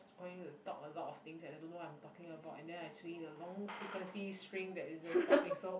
going to talk a lot of things and I don't know what I'm talking about and then I see the long frequency string that isn't stopping so